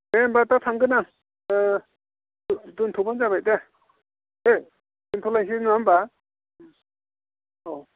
दे होमब्ला दा थांगोन आं दोन्थ'ब्लानो जाबाय दे दै दोन्थ'नायनोसै नङा होमब्ला अ